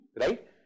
right